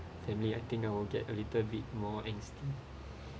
family I think I will get a little bit more angsty